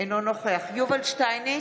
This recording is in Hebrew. אינו נוכח יובל שטייניץ,